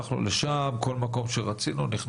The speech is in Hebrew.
הלכנו לשם ונכנסו לכל מקום שרצינו.